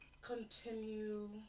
continue